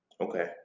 Okay